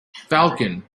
falcon